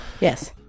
Yes